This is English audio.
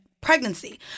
pregnancy